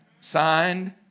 signed